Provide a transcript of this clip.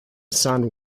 san